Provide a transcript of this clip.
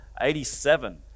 87